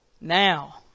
Now